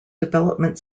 development